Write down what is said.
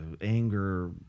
anger